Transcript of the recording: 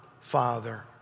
Father